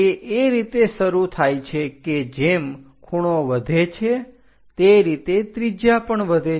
તે એ રીતે શરૂ થાય છે કે જેમ ખૂણો વધે છે તે રીતે ત્રિજ્યા પણ વધે છે